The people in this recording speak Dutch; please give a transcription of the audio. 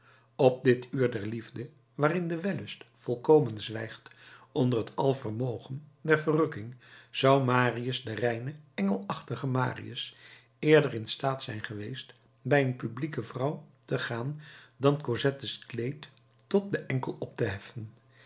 op dit uur der liefde waarin de wellust volkomen zwijgt onder het alvermogen der verrukking zou marius de reine engelachtige marius eerder in staat zijn geweest bij een publieke vrouw te gaan dan cosettes kleed tot den enkel op te heffen